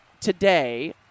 today –